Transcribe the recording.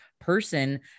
person